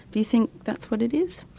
do you think that's what it is?